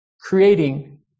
creating